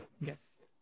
Yes